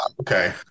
okay